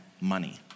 money